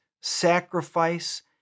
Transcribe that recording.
sacrifice